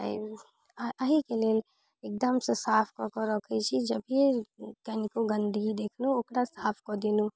अइ अहिके लेल एगदमसँ साफ कऽ कऽ रखै छी जबकि कनिको गन्दगी देखलहुँ ओकरा साफ कऽ देलहुँ